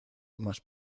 más